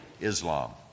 Islam